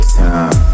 time